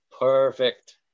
perfect